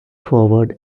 forward